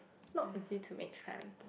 not easy to make friends